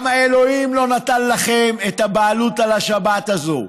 גם האלוהים לא נתן לכם את הבעלות על השבת הזאת.